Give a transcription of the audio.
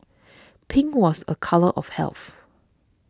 pink was a colour of health